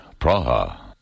Praha